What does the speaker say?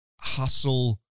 hustle